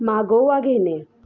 मागोवा घेणे